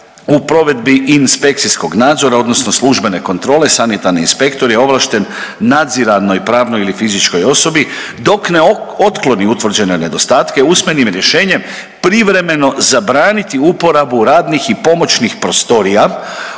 „U provedbi inspekcijskog nadzora odnosno službene kontrole sanitarni inspektor je ovlašten nadziranoj pravnoj ili fizičkoj osobi dok ne otkloni utvrđene nedostatke usmenim rješenjem privremeno zabraniti uporabu radnih i pomoćnih prostorija